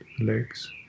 legs